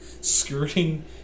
Skirting